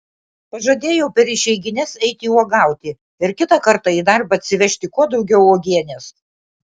pažadėjau per išeigines eiti uogauti ir kitą kartą į darbą atsivežti kuo daugiau uogienės